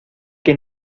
que